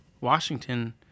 Washington